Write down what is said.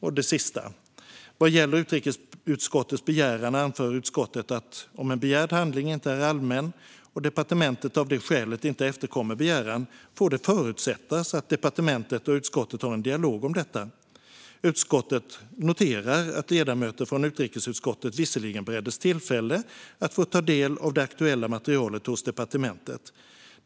Vad slutligen gäller utrikesutskottets begäran anför utskottet att om en begärd handling inte är allmän och departementet av det skälet inte efterkommer begäran får det förutsättas att departementet och utskottet har en dialog om detta. Utskottet noterar att ledamöter från utrikesutskottet visserligen bereddes tillfälle att få ta del av det aktuella materialet hos departementet.